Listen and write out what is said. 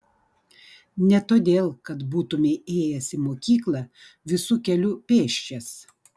ne todėl kad būtumei ėjęs į mokyklą visu keliu pėsčias